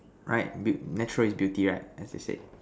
right beau~ natural is beauty right as they said